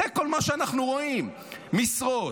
זה כל מה שאנחנו רואים: משרות,